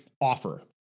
offer